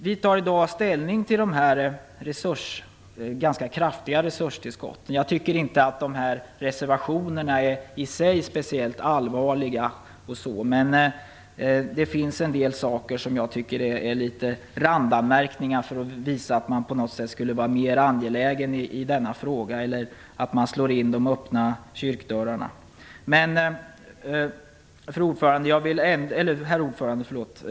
Vi tar i dag ställning till de ganska kraftiga resurstillskotten. Jag tycker inte att reservationerna i sig är speciellt allvarliga, men det finns en del saker som är litet av randanmärkningar för att visa att man på något sätt skulle vara mer angelägen i denna fråga eller att man slår in de öppna kyrkdörrarna. Herr talman!